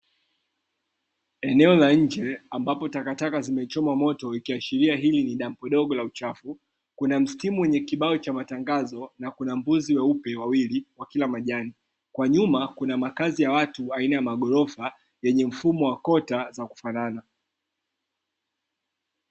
Eneo la nje ambapo takataka zimechomwa moto ikiashiria hili ni dampo dogo la uchafu. Kuna mstimu wenye kibao cha matangazo na kuna mbuzi weupe wawili wakila majani, kwa nyuma kuna makazi ya watu aina ya magorofa yenye mfumo wa kota za kufanana.